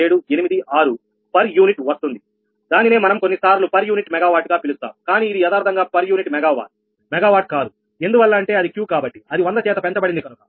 9786 per unit వస్తుంది దానినే మనం కొన్నిసార్లు పర్ యూనిట్ మెగావాట్ గా పిలుస్తాము కానీ ఇది యదార్ధంగా per unit mega war megawatt కాదు ఎందువల్ల అంటే అది Q కాబట్టిఅది 100 చేత పెంచబడింది కనుక